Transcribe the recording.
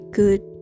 good